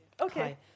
Okay